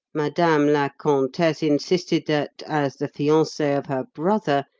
madame la comtesse insisted that, as the fiancee of her brother,